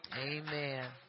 Amen